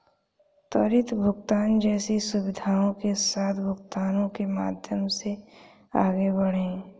त्वरित भुगतान जैसी सुविधाओं के साथ भुगतानों के माध्यम से आगे बढ़ें